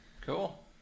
Cool